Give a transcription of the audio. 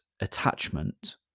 attachment